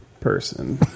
person